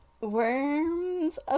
Worms